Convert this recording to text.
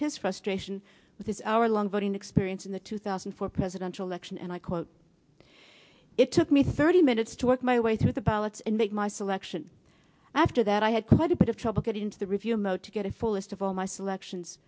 his frustration with his hour long voting experience in the two thousand and four presidential election and i quote it took me thirty minutes to work my way through the ballots and make my selection after that i had quite a bit of trouble getting into the review mo to get a full list of all my selections